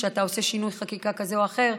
כשאתה עושה שינוי חקיקה כזה או אחר,